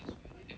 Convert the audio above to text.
um